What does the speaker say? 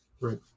Right